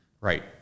Right